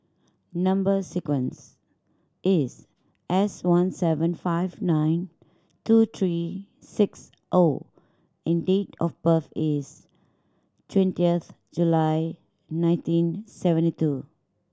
number sequence is S one seven five nine two three six O and date of birth is twentieth July nineteen seventy two